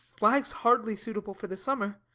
black's hardly suitable for the summer.